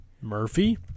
Murphy